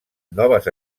noves